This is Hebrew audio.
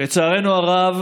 תודה רבה.